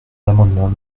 l’amendement